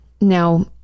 Now